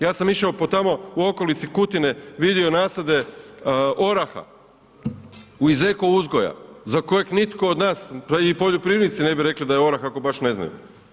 Ja sam išao tamo u okolici Kutine, vidio nasade oraha iz eko uzgoja za kojeg nitko od nas i poljoprivrednici ne bi rekli da je orah ako baš ne znaju.